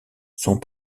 sont